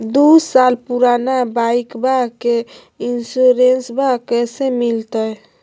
दू साल पुराना बाइकबा के इंसोरेंसबा कैसे मिलते?